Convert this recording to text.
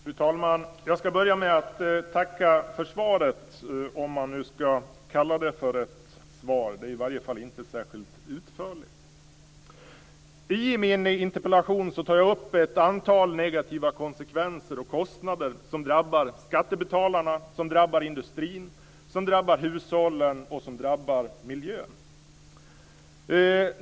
Fru talman! Jag ska börja med att tacka för svaret, om man nu ska kalla det för ett svar. Det är i alla fall inte särskilt utförligt. I min interpellation tar jag upp ett antal negativa konsekvenser och kostnader som drabbar skattebetalarna, industrin, hushållen och miljön.